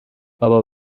بابا